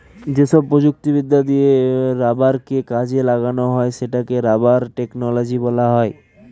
যেসব প্রযুক্তিবিদ্যা দিয়ে রাবারকে কাজে লাগানো হয় সেটাকে রাবার টেকনোলজি বলা হয়